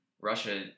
Russia